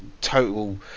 total